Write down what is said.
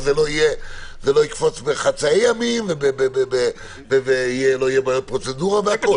וזה לא יקפוץ בחצאי ימים ולא יהיו בעיות פרוצדורה והכול.